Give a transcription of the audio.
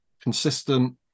Consistent